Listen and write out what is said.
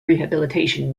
rehabilitation